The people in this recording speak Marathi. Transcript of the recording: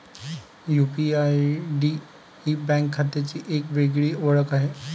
यू.पी.आय.आय.डी ही बँक खात्याची एक वेगळी ओळख आहे